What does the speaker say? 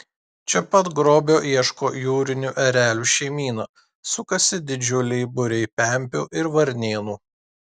čia pat grobio ieško jūrinių erelių šeimyna sukasi didžiuliai būriai pempių ir varnėnų